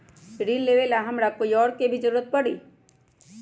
ऋन लेबेला हमरा कोई और के भी जरूरत परी?